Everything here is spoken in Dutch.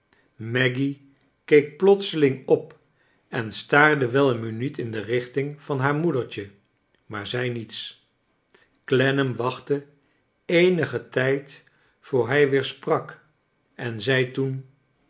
maggy keek plotseling op en staarde wel een minuut in de richting van haar moedertje maar zei niets clennam wachtte eenigen tijd voor hij weer sprak en zei toen